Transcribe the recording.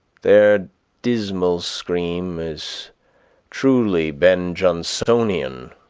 their dismal scream is truly ben jonsonian.